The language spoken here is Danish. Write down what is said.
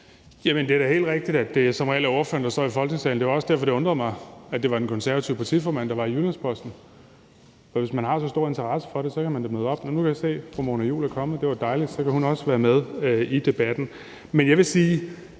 helt rigtigt, at det som regel er ordføreren, der står i Folketingssalen. Det var også derfor, det undrede mig, at det var den konservative partiformand, der var i Jyllands-Posten, for hvis man har så stor interesse for det, kan man da møde op. Men nu kan jeg se, fru Mona Juul er kommet, det var dejligt, så kan hun også være med i debatten. Men jeg vil sige,